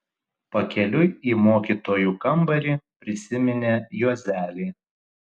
pakeliui į mokytojų kambarį prisiminė juozelį